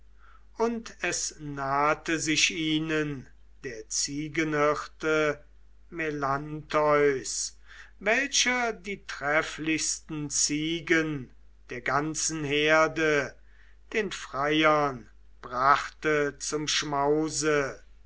und es nahte sich ihnen der ziegenhirte melantheus welcher die trefflichsten ziegen der ganzen herde den freiern brachte zum schmaus